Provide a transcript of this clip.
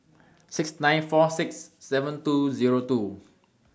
six nine four six seven two Zero two